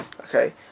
Okay